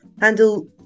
handle